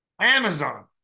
Amazon